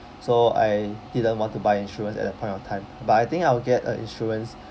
so I didn't want to buy insurance at that point of time but I think I will get a insurance